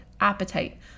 appetite